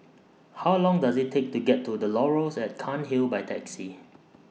How Long Does IT Take to get to The Laurels At Cairnhill By Taxi